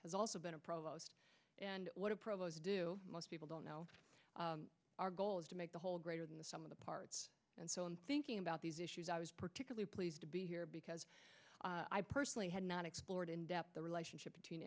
has also been a problem and what approach do most people don't know our goal is to make the whole greater than the sum of the parts and so in thinking about these issues i was particularly pleased to be here because i personally had not explored in depth the relationship between